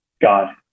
God